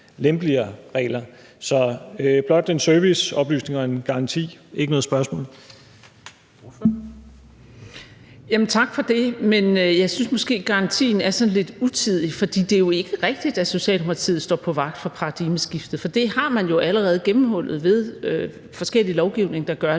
Ordføreren. Kl. 16:43 Marie Krarup (DF): Tak for det. Men jeg synes måske, at garantien er sådan lidt utidig, for det er jo ikke rigtigt, at Socialdemokratiet står vagt om paradigmeskiftet. For det har man jo allerede gennemhullet ved forskellig lovgivning, der gør det